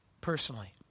personally